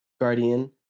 guardian